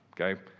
Okay